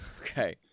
Okay